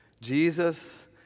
Jesus